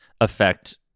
affect